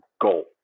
goal